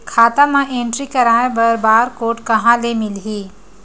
खाता म एंट्री कराय बर बार कोड कहां ले मिलही?